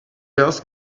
else